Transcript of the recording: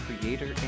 creator